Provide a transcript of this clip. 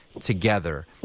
together